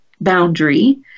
boundary